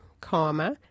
comma